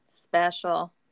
Special